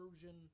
version